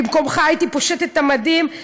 במקומך הייתי פושט את המדים,